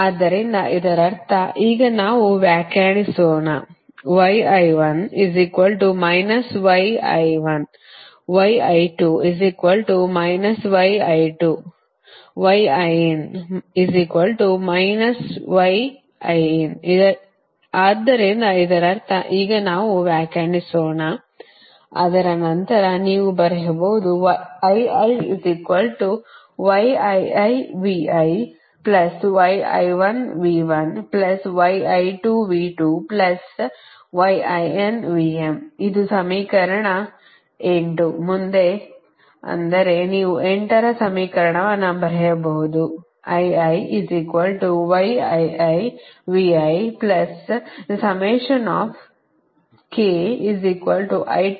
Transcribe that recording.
ಆದ್ದರಿಂದ ಇದರರ್ಥ ಈಗ ನಾವು ವ್ಯಾಖ್ಯಾನಿಸೋಣ ಆದ್ದರಿಂದ ಇದರರ್ಥ ಈಗ ನಾವು ವ್ಯಾಖ್ಯಾನಿಸೋಣ ಅದರ ನಂತರ ನೀವು ಬರೆಯಬಹುದು ಇದು ಸಮೀಕರಣ 8 ಮುಂದೆ ಅಂದರೆ ನೀವು 8 ರ ಸಮೀಕರಣವನ್ನು ಬರೆಯಬಹುದು